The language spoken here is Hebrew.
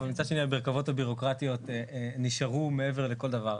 אבל מצד שני המרכבות הבירוקרטיות נשארו מעבר לכל דבר.